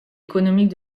économique